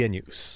News